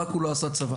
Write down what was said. רק הוא לא עשה צבא.